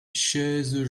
chaises